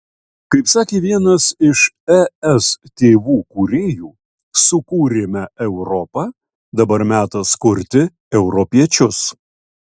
kaip sakė vienas iš es tėvų kūrėjų sukūrėme europą dabar metas kurti europiečius